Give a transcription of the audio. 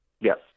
Yes